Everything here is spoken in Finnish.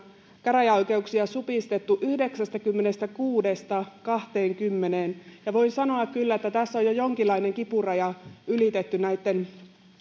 käräjäoikeuksia supistettu yhdeksästäkymmenestäkuudesta kahteenkymmeneen ja voin sanoa kyllä että tässä on jo jonkinlainen kipuraja ylitetty